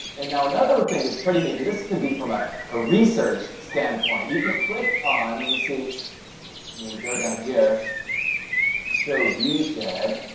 and now another think it's pretty neat in this could be from a a research standpoint you can click on missy may go down here show the view shed